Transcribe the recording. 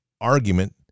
argument